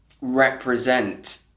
represent